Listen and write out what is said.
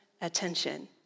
attention